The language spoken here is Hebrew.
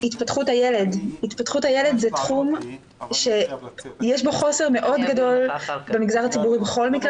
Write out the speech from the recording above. התפתחות הילד הוא תחום שיש בו חוסר מאוד גדול במגזר הציבורי בכל מקרה